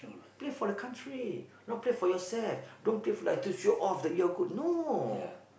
play for the country not play for yourself don't play for like to show off like you're good no